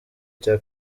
cya